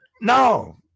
No